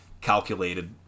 calculated